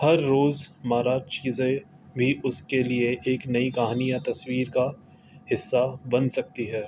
ہر روز مارا چیزیں بھی اس کے لیے ایک نئی کہانی یا تصویر کا حصہ بن سکتی ہے